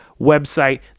website